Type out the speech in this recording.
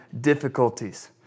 difficulties